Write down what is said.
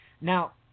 Now